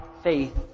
faith